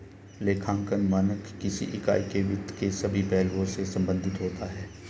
लेखांकन मानक किसी इकाई के वित्त के सभी पहलुओं से संबंधित होता है